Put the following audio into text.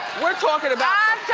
we're talking about